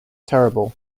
terrible